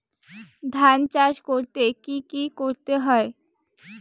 ধান চাষ করতে কি কি করতে হয়?